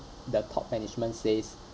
the top management says